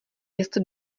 jest